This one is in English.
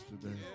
today